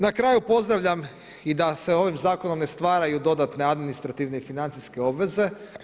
Na kraju pozdravljam i da se ovim zakonom ne stvaraju dodatne administrativne i financijske obveze.